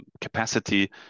capacity